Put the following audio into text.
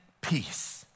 peace